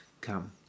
come